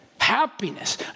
Happiness